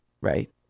right